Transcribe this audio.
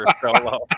Solo